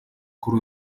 kuri